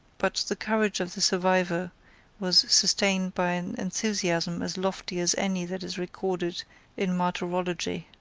but the courage of the survivor was sustained by an enthusiasm as lofty as any that is recorded in martyrology.